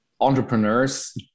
entrepreneurs